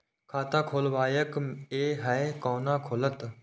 खाता खोलवाक यै है कोना खुलत?